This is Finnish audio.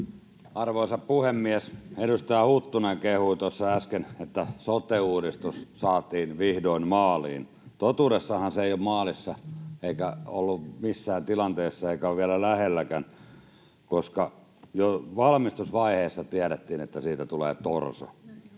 Arvoisa puhemies! Edustaja Huttunen kehui tuossa äsken, että sote-uudistus saatiin vihdoin maaliin. Totuudessahan se ei ole maalissa, eikä ollut missään tilanteessa eikä ole vielä lähelläkään, koska jo valmistusvaiheessa tiedettiin, että siitä tulee torso.